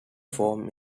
form